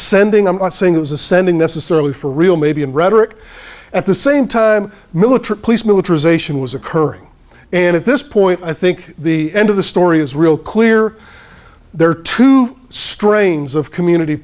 sending i'm not saying it was a sending necessarily for real maybe in rhetoric at the same time military police militarization was occurring and at this point i think the end of the story is real clear there are two strains of community